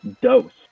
dose